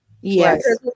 Yes